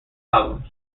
albums